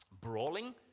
Brawling